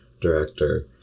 director